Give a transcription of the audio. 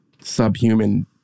subhuman